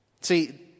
See